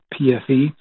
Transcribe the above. PFE